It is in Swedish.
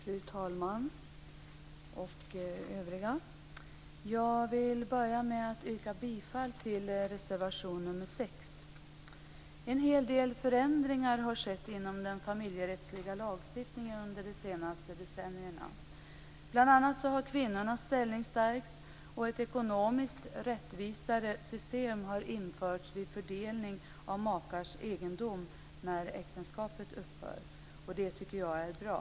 Fru talman och övriga åhörare! Jag vill börja med att yrka bifall till reservation nr 6. En hel del förändringar har skett inom den familjerättsliga lagstiftningen under de senaste decennierna. Bl.a. har kvinnornas ställning stärkts, och ett ekonomiskt rättvisare system har införts vid fördelning av makars egendom när äktenskapet upphör. Jag tycker att detta är bra.